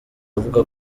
avuga